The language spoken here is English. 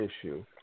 issue